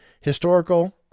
Historical